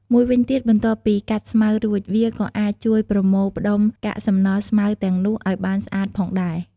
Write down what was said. មួយវិញទៀតបន្ទាប់ពីកាត់ស្មៅរួច វាក៏អាចជួយប្រមូលផ្តុំកាកសំណល់ស្មៅទាំងនោះឱ្យបានស្អាតផងដែរ។